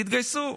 תתגייסו.